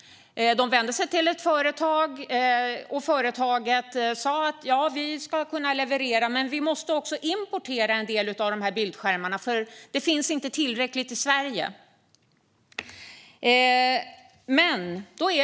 De vände sig till ett företag som sa att man skulle kunna leverera men måste importera en del av bildskärmarna eftersom det inte fanns tillräckligt i Sverige.